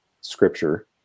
scripture